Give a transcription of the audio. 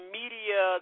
media